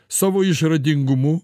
savo išradingumu